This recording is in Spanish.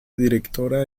directora